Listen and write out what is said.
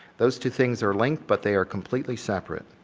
those two things are linked but they are completely separate.